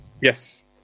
Yes